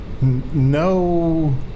No